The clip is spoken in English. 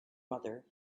mother